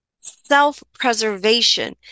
Self-preservation